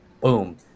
boom